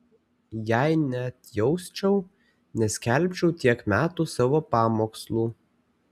jei neatjausčiau neskelbčiau tiek metų savo pamokslų